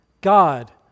God